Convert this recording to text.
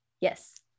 Yes